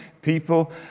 People